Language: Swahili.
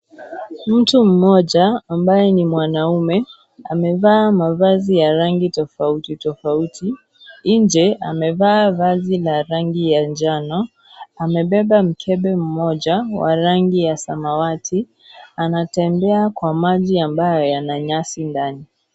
Mtu mmoja ambaye ni mwanaume amevaa mavazi ya rangi tofauti tofauti. Nje amevaa vazi la rangi ya njano. Amebeba mkebe mmoja wa rangi ya samawati. Anatembea kwa maji ambayo yana nyasi ndani.